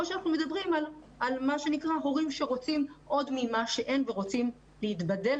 או שאנחנו מדברים על הורים שרוצים עוד ממה שאין ורוצים להתבדל,